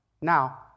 now